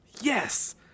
yes